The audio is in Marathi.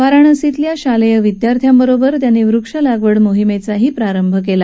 वाराणसीतल्या शालेय विद्यार्थ्यांबरोबर त्यांनी वृक्षलागवड मोहिमेचाही प्रारंभ केला